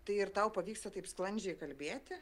tai ir tau pavyksta taip sklandžiai kalbėti